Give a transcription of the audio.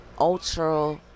ultra